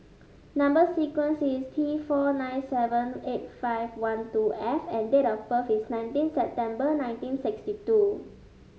number sequence is T four nine seven eight five one two F and date of birth is nineteen September nineteen sixty two